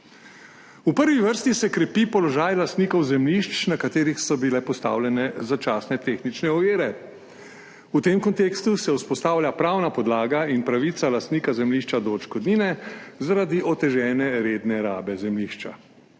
V prvi vrsti se krepi položaj lastnikov zemljišč, na katerih so bile postavljene začasne tehnične ovire. V tem kontekstu se vzpostavlja pravna podlaga in pravica lastnika zemljišča do odškodnine zaradi otežene redne rabe zemljišča.